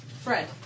Fred